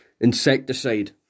Insecticide